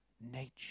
nature